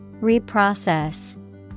Reprocess